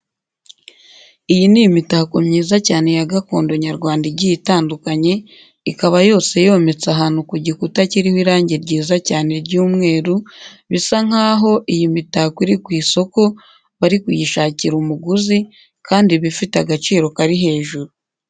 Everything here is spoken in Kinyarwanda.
Iyi ni imitako myiza cyane ya gakondo nyarwanda igiye itandukanye, ikaba yose yometse ahantu ku gikuta kiriho irange ryiza cyane ry'umweru, bisa nk'aho iyi mitako iri ku isoko bari kuyishakira umuguzi, kandi iba ifite agaciro Kari hejuru.